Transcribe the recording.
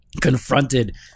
confronted